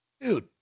Dude